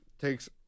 takes